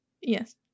Yes